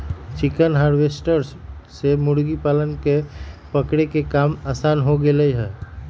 chicken harvester से मुर्गियन के पकड़े के काम आसान हो गैले है